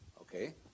Okay